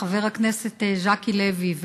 חבר הכנסת ז'קי לוי,